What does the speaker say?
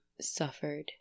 suffered